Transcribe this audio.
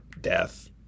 death